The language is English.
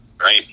Right